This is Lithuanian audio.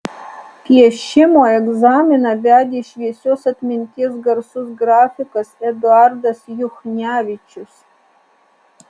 piešimo egzaminą vedė šviesios atminties garsus grafikas eduardas juchnevičius